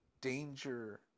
danger